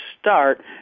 start